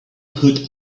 put